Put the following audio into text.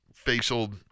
Facial